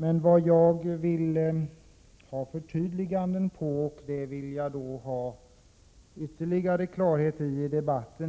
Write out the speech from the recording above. Men jag skulle i debatten vilja ha ytterligare förtydliganden.